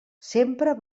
sempre